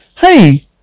Hey